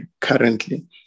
currently